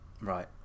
right